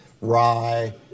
rye